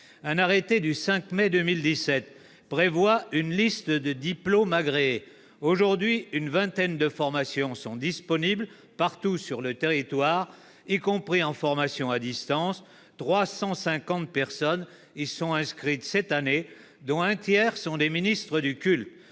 Un arrêté du 5 mai 2017 prévoit une liste de diplômes agréés. Aujourd'hui, une vingtaine de formations sont disponibles partout sur le territoire, y compris en formation à distance : 350 personnes y sont inscrites cette année, dont un tiers sont des ministres du culte.